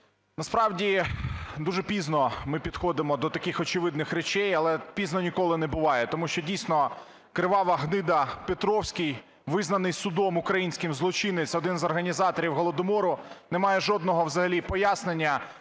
Насправді дуже пізно ми підходимо до таких очевидних речей, але пізно ніколи не буває. Тому що, дійсно, кривава гнида Петровський, визнаний судом українським злочинцем, один з організаторів Голодомору, не має жодного взагалі пояснення,